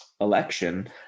election